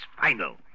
final